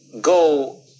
go